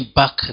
back